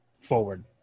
forward